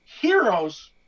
heroes